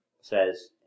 says